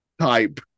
type